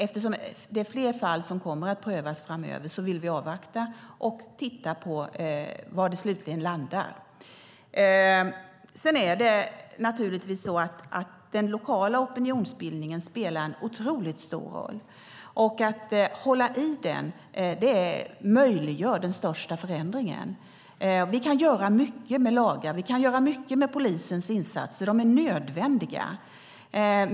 Eftersom det är fler fall som kommer att prövas framöver vill vi avvakta och se var de slutligen landar. Sedan är det naturligtvis så att den lokala opinionsbildningen spelar en otroligt stor roll, och att hålla i den möjliggör den största förändringen. Vi kan göra mycket med lagar, och vi kan göra mycket med polisens insatser, och de är nödvändiga.